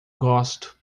gosto